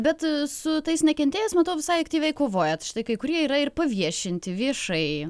bet su tais nekentėjais matau visai aktyviai kovojat štai kai kurie yra ir paviešinti viešai